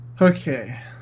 Okay